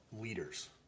leaders